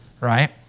right